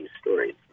stories